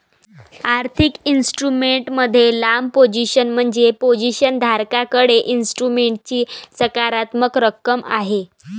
आर्थिक इन्स्ट्रुमेंट मध्ये लांब पोझिशन म्हणजे पोझिशन धारकाकडे इन्स्ट्रुमेंटची सकारात्मक रक्कम आहे